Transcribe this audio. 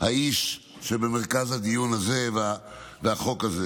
האיש שבמרכז הדיון הזה והחוק הזה.